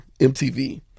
mtv